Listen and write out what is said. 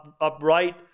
upright